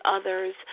others